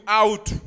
out